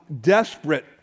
desperate